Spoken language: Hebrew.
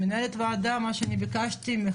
מנהלת וועדה מה שאני ביקשתי ממך,